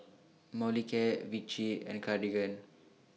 Molicare Vichy and Cartigain